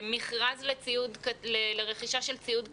מכרז לרכישה של ציוד קצה,